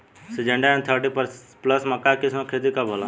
Syngenta NK thirty plus मक्का के किस्म के खेती कब होला?